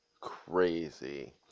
crazy